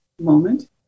moment